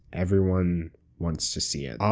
everyone wants to see it.